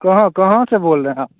कहाँ कहाँ से बोल रहें आप